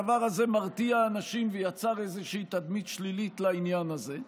הדבר הזה מרתיע אנשים ויצר איזושהי תדמית שלילית לעניין הזה.